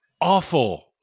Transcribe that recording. awful